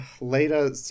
Later